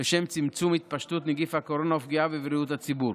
לשם צמצום התפשטות נגיף הקורונה ופגיעה בבריאות הציבור.